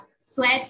sweat